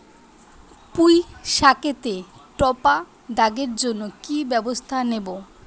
পুই শাকেতে টপা দাগের জন্য কি ব্যবস্থা নেব?